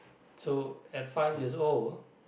so at five years old